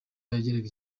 yageraga